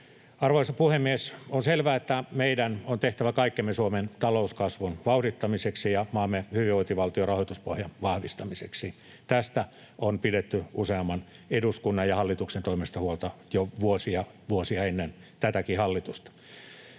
Arvoisa puhemies! On selvää, että meidän on tehtävä kaikkemme Suomen talouskasvun vauhdittamiseksi ja maamme hyvinvointivaltion rahoituspohjan vahvistamiseksi. Tästä on pidetty useamman eduskunnan ja hallituksen toimesta huolta jo vuosia, vuosia ennen tätäkin hallitusta.